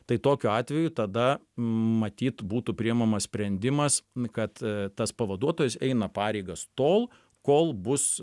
tai tokiu atveju tada matyt būtų priimamas sprendimas kad tas pavaduotojas eina pareigas tol kol bus